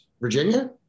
Virginia